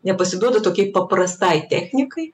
nepasiduoda tokiai paprastai technikai